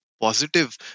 positive